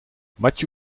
machu